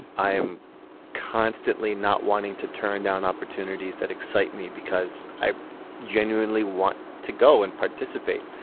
i am constantly not wanting to turn down opportunities that excite me because i genuinely want to go and participate.